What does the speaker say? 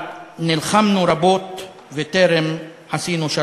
גם בכינו וגם צחקנו,